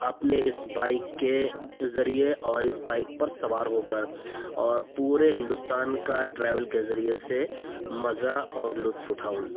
اپنے اس بائک کے ذریعے اور اس بائک پر سوار ہو کر اور پورے ہندوستان کا ٹریول کے ذریعے سے مزہ اور لطف اٹھاؤں